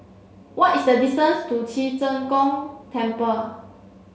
what is the distance to Ci Zheng Gong Temple